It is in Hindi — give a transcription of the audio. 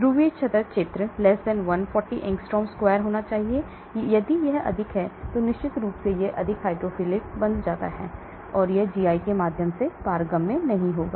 ध्रुवीय सतह क्षेत्र 140 एंग्स्ट्रॉम स्क्वायर होना चाहिए यदि यह अधिक है तो निश्चित रूप से यह अधिक हाइड्रोफिलिक बन जाता है यह जीआई के माध्यम से पारगम्य नहीं होगा